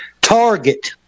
Target